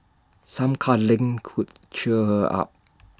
some cuddling could cheer her up